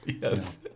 Yes